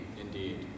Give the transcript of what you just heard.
indeed